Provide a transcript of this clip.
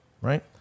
right